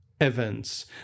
events